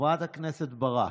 חברת הכנסת ברק,